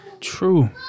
True